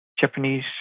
Japanese